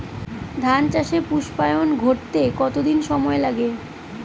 ধান চাষে পুস্পায়ন ঘটতে কতো দিন সময় লাগে?